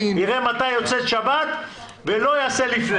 יראה מתי יוצאת שבת ולא יעשה לפני.